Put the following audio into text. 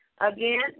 Again